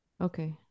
Okay